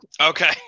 Okay